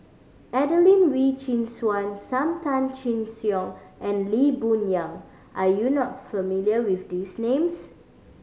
Adelene Wee Chin Suan Sam Tan Chin Siong and Lee Boon Yang are you not familiar with these names